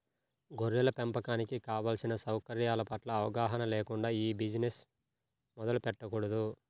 గొర్రెల పెంపకానికి కావలసిన సౌకర్యాల పట్ల అవగాహన లేకుండా ఈ బిజినెస్ మొదలు పెట్టకూడదు